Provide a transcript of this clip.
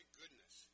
goodness